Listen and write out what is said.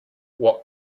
what